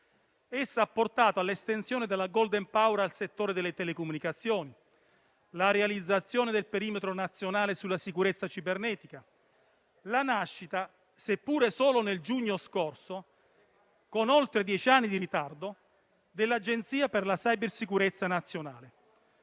Essa ha portato all'estensione del *golden power* al settore delle telecomunicazioni, alla realizzazione del perimetro nazionale sulla sicurezza cibernetica, alla nascita, seppure solo nel giugno scorso, con oltre dieci anni di ritardo, dell'Agenzia per la cybersicurezza nazionale.